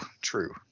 true